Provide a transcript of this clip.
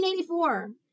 1984